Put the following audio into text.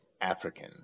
African